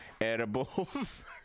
edibles